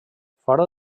fora